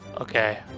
okay